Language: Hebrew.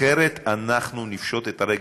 אחרת אנחנו נפשוט את הרגל.